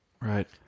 Right